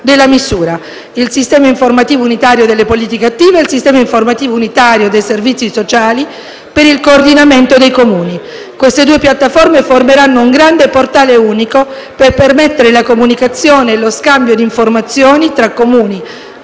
il Sistema informativo unitario delle politiche del lavoro e il Sistema informativo unitario dei servizi sociali per il coordinamento dei Comuni. Queste due piattaforme formeranno un grande portale unico per permettere la comunicazione e lo scambio di informazioni tra Comuni,